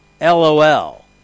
LOL